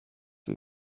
too